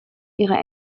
ihrer